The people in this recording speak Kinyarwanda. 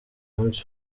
musi